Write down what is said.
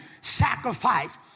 sacrifice